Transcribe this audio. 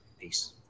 Peace